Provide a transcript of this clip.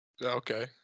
Okay